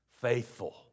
faithful